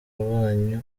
rwanyu